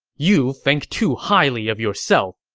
you think too highly of yourself.